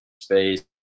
space